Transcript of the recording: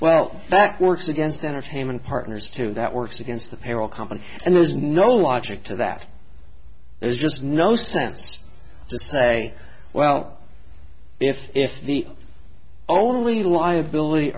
well that works against entertainment partners to that works against the payroll company and there's no logic to that there's just no sense to say well if if the only liability